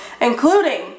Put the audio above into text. including